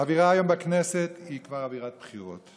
האווירה היום בכנסת היא כבר אווירת בחירות.